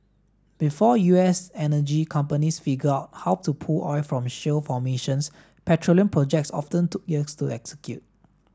before U S energy companies figured out how to pull oil from shale formations petroleum projects often took years to execute